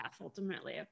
ultimately